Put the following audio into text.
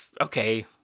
Okay